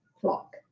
clock